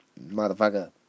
Motherfucker